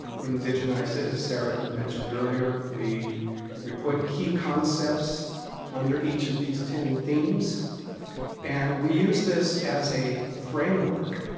we indigenized it as sarah mentioned earlier, we we put key concepts under each of these ten themes and we used this as a framework,